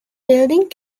building